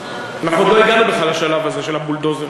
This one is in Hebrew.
אנחנו עוד לא הגענו בכלל לשלב הזה של הבולדוזרים.